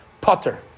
putter